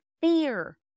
fear